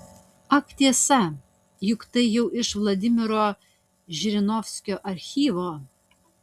ak tiesa juk tai jau iš vladimiro žirinovskio archyvo